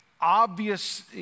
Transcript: obvious